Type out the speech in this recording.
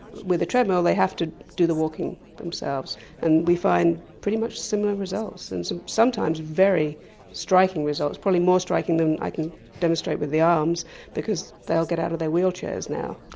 with the treadmill they have to do the walking themselves and we find pretty much similar results and so sometimes very striking results, probably more than i can demonstrate with the arms because they'll get out of their wheelchairs now.